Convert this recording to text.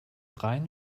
rein